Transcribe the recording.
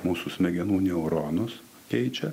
mūsų smegenų neuronus keičia